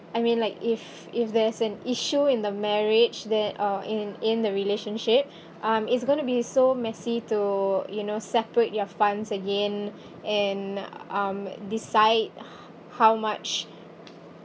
I mean like if if there's an issue in the marriage that uh in in the relationship um it's going to be so messy to you know separate your funds again and um decide h~ how much